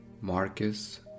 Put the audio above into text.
Marcus